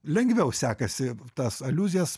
lengviau sekasi tas aliuzijas